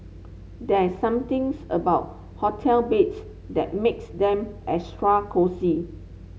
there's something's about hotel beds that makes them extra cosy